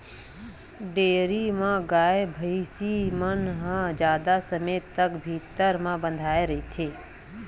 dairy म गाय, भइसी मन ह जादा समे तक भीतरी म बंधाए रहिथे